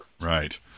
Right